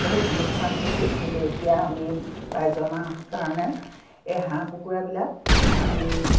বহুত লোকচান হৈছিল কিন্তু এতিয়া আমি প্ৰায় জনা কাৰণে এই হাঁহ কুকুৰাবিলাক আমি